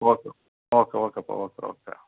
okay okay okay ಓಕೆಪ್ಪ okay okay